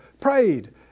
prayed